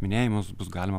minėjimus bus galima